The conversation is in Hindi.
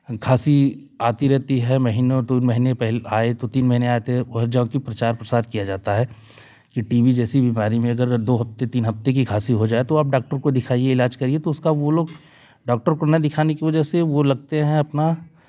खाँसी आती रहती है महीनों दो महीने पहले आए तो तीन महीने आए थे प्रचार प्रसार किया जाता है कि टी वी जैसी बीमारी में अगर दो हफ्ते तीन हफ्ते की खासी हो जाए तो आप डॉक्टर को दिखाइए इलाज करिए तो उसका वो लोग डॉक्टर को ना दिखाने की वजह से वो लगते हैं अपना